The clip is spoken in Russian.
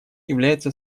является